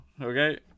Okay